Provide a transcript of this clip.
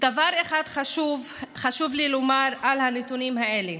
דבר אחד חשוב לי לומר על הנתונים האלה: